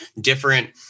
different